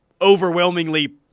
overwhelmingly